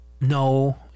No